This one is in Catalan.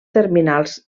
terminals